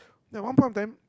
ya one point of time